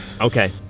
Okay